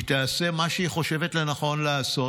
היא תעשה מה שהיא חושבת לנכון לעשות.